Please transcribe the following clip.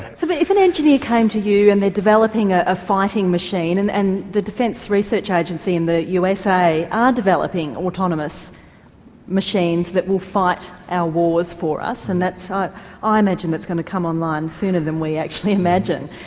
so but if an engineer came to you and they're developing ah a fighting machine. and and the defence research agency in the usa are developing autonomous machines that will fight our wars for us, and i ah ah imagine that's going to come online sooner than we actually imagine.